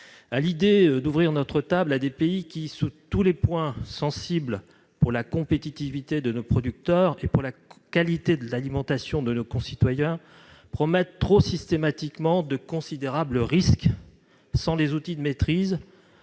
l'idée d'ouvrir notre table à des pays qui, sur tous les points sensibles pour la compétitivité de nos producteurs et pour la qualité de l'alimentation de nos concitoyens, promettent trop systématiquement de considérables risques, sans les outils de maîtrise